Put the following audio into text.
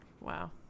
Wow